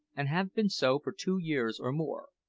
and have been so for two years or more,